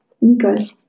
Nicole